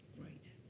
Great